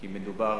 כי מדובר